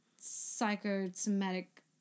psychosomatic